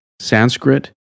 Sanskrit